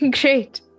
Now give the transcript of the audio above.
Great